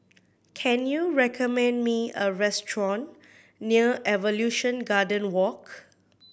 can you recommend me a restaurant near Evolution Garden Walk